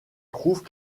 trouvent